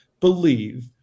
believe